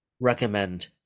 recommend